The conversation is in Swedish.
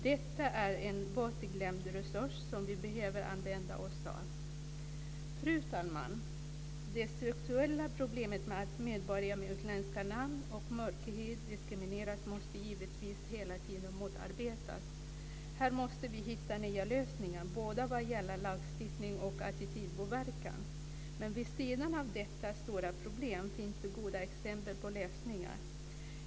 Detta är en bortglömd resurs som vi behöver använda oss av. Fru talman! Det strukturella problemet med att medborgare med utländska namn och mörk hy diskrimineras måste givetvis hela tiden motarbetas. Här måste vi hitta nya lösningar vad gäller både lagstiftning och attitydpåverkan. Men vid sidan av detta stora problem finns det goda exempel på lösningar.